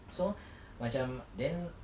so macam then